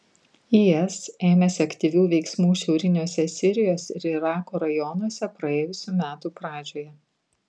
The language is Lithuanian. is ėmėsi aktyvių veiksmų šiauriniuose sirijos ir irako rajonuose praėjusių metų pradžioje